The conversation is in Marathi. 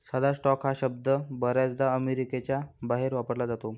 साधा स्टॉक हा शब्द बर्याचदा अमेरिकेच्या बाहेर वापरला जातो